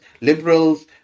liberals